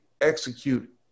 execute